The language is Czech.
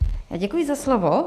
Děkuji za slovo.